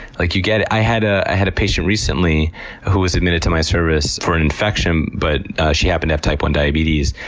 like you get it! i had ah had a patient recently who was admitted to my service for an infection but she happened to have type one diabetes,